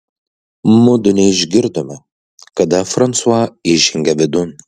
mudu neišgirdome kada fransua įžengė vidun